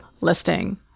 listing